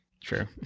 True